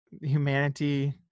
humanity